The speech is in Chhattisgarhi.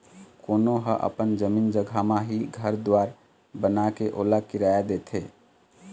कोनो ह अपन जमीन जघा म ही घर दुवार बनाके ओला किराया देथे